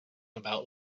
about